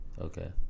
Okay